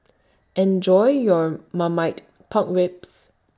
Enjoy your Marmite Pork Ribs